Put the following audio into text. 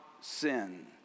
sin